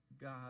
God